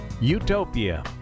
Utopia